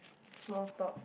small talk